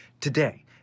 today